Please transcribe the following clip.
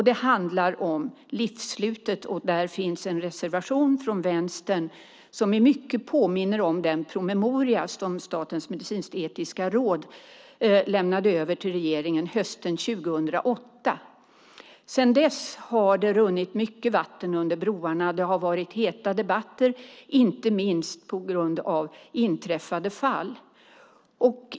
Det handlar om livsslutet, och där finns en reservation från Vänstern som i mycket påminner om den promemoria som Statens medicinsk-etiska råd lämnade över till regeringen hösten 2008. Sedan dess har det runnit mycket vatten under broarna. Det har varit heta debatter, inte minst på grund av inträffade fall.